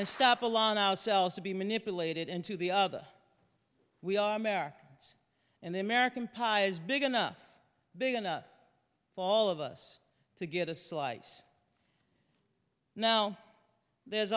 and stop along ourselves to be manipulated into the other we are americans and the american pie is big enough big enough for all of us to get a slice now there's